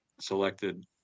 selected